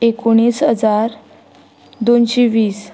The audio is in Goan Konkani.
एक हजार दोनशें वीस